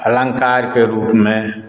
अलङ्कारके रूपमे